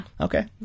Okay